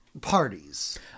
parties